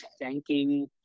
thanking